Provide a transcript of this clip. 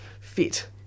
fit